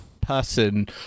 person